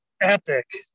epic